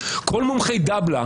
כל מומחי דבל"א